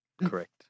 Correct